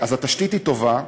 אז התשתית היא טובה.